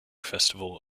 festival